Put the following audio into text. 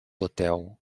hotel